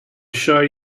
sure